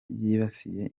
yibasiye